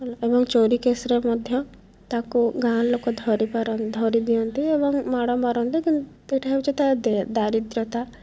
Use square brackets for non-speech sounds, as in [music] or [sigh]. ଏବଂ ଚୋରି କେସ୍ରେ ମଧ୍ୟ ତାକୁ ଗାଁ ଲୋକ ଧରି ଦିଅନ୍ତି ଏବଂ ମାଡ଼ ମାରନ୍ତି [unintelligible] ଦାରିଦ୍ର୍ୟତା